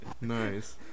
Nice